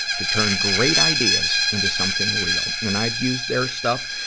to turn great ideas into something real. and i've used their stuff.